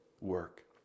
work